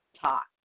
talk